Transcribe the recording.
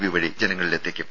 V വഴി ജനങ്ങളിലെത്തിക്കും